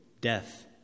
death